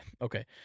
okay